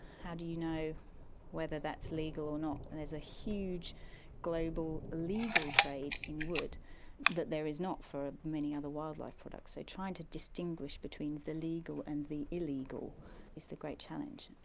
how do you know whether that's legal or not? and there's a huge global legal trade in wood that there is not for many other wildlife products. so trying to distinguish between the legal and the illegal is the great challenge.